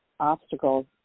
Obstacles